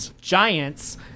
giants